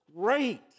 great